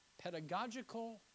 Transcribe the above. pedagogical